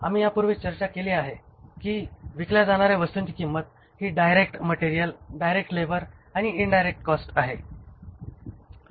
आम्ही यापूर्वी चर्चा केली आहे की विकल्या जाणार्या वस्तूंची किंमत ही डायरेक्ट मटेरियल डायरेक्ट लेबर आणि इन्डायरेक्ट कॉस्ट आहे